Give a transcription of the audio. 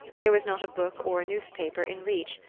there was not a book or a newspaper in reach,